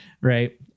right